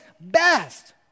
best